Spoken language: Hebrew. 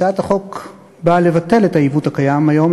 הצעת החוק באה לבטל את העיוות הקיים היום,